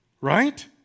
right